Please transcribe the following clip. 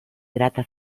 grata